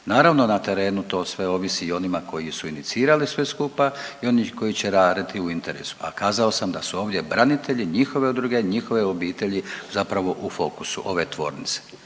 Naravno na trenu to sve ovisi i o onima koji su inicirali sve skupa i oni koji će raditi u interesu, a kazao sam da su ovdje branitelji i njihove udruge i njihove obitelji zapravo u fokusu ove tvornice